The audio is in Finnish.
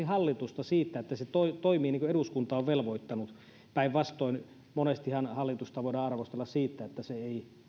hallitusta siitä että se toimii niin kuin eduskunta on velvoittanut päinvastoin monestihan hallitusta voidaan arvostella siitä että se ei